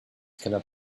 cannot